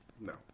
No